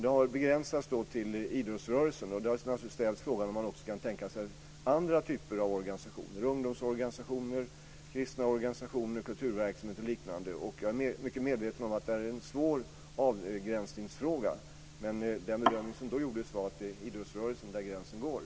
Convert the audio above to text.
Det har begränsats till idrottsrörelsen, och frågan har naturligtvis ställts om man också kan tänka sig andra typer av organisationer. Det kan gälla ungdomsorganisationer, kristna organisationer, kulturverksamhet och liknande. Jag är mycket medveten om att detta är en svår avgränsningsfråga, men den bedömning som då gjordes var att gränsen går vid idrottsrörelsen.